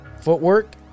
footwork